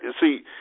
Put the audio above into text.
see